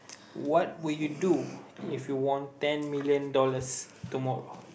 what will you do if you won ten million dollars tomorrow